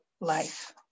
life